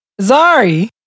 Zari